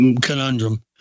conundrum